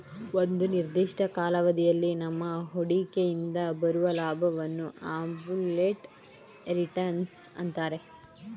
ಒಂದು ನಿರ್ದಿಷ್ಟ ಕಾಲಾವಧಿಯಲ್ಲಿ ನಮ್ಮ ಹೂಡಿಕೆಯಿಂದ ಬರುವ ಲಾಭವನ್ನು ಅಬ್ಸಲ್ಯೂಟ್ ರಿಟರ್ನ್ಸ್ ಅಂತರೆ